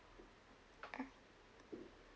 uh